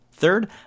Third